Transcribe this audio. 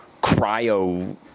cryo